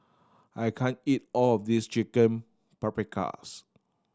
I can't eat all of this Chicken Paprikas